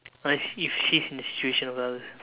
must if she's in the situation well